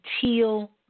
teal